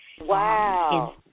Wow